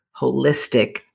holistic